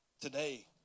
today